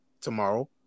tomorrow